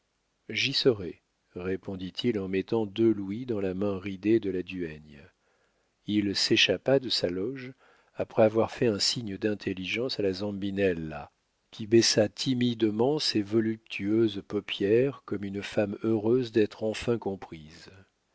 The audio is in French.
j'y serai répondit-il en mettant deux louis dans la main ridée de la duègne il s'échappa de sa loge après avoir fait un signe d'intelligence à la zambinella qui baissa timidement ses voluptueuses paupières comme une femme heureuse d'être enfin comprise